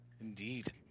indeed